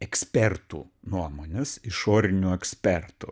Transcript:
ekspertų nuomones išorinių ekspertų